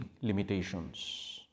limitations